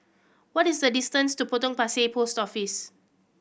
what is the distance to Potong Pasir Post Office